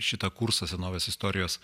šitą kursą senovės istorijos